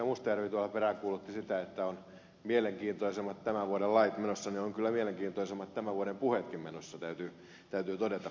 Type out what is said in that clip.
mustajärvi peräänkuulutti sitä että mielenkiintoisimmat tämän vuoden lait ovat menossa niin ovat kyllä mielenkiintoisimmat tämän vuoden puheetkin menossa täytyy todeta